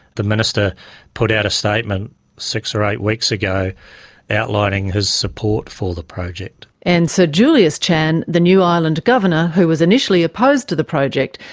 the minister put out a statement six or eight weeks ago outlining his support for the project. and sir so julius chan, the new ireland governor who was initially opposed to the project,